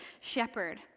shepherd